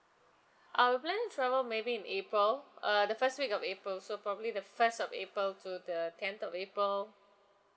uh we planning to travel maybe in april uh the first week of april so probably the first of april to the tenth of april